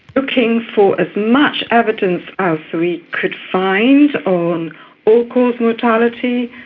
looking for as much evidence as we could find on all-cause mortality,